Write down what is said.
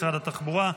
משרד התחבורה,